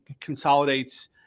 consolidates